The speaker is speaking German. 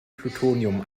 plutonium